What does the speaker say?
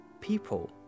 people